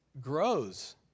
grows